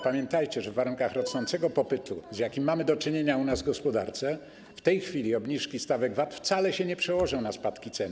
Pamiętajcie, że w warunkach rosnącego popytu, z jakim mamy do czynienia, jeśli chodzi o naszą gospodarkę w tej chwili, obniżki stawek VAT wcale się nie przełożą na spadki cen.